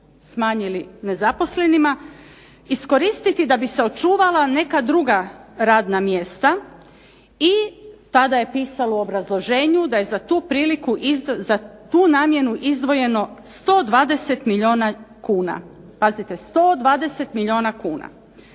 smanjili nezaposlenima, iskoristiti da bi se očuvala neka druga radna mjesta. I tada je pisalo u obrazloženju da je za tu namjenu izdvojeno 120 milijuna kuna. Pazite 120 milijuna kuna.